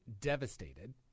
devastated